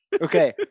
Okay